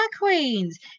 queens